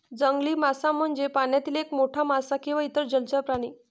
जंगली मासा म्हणजे पाण्यातील एक मोठा मासा किंवा इतर जलचर प्राणी